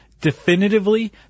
definitively